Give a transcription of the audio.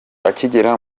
akigera